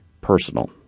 personal